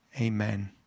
amen